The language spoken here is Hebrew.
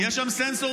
יש שם סנסורים.